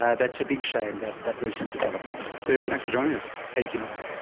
that's a big shame, that that recent development. david, thanks for joining us. thank you norman.